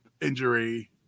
injury